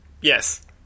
yes